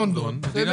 אני לא